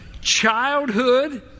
Childhood